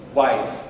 white